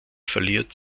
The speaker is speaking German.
verliert